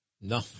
No